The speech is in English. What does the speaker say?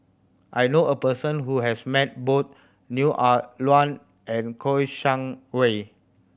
I know a person who has met both Neo Ah Luan and Kouo Shang Wei